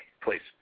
please